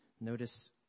notice